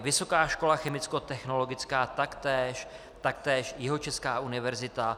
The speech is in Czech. Vysoká škola chemickotechnologická taktéž, taktéž Jihočeská univerzita.